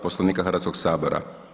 Poslovnika Hrvatskoga sabora.